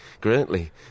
greatly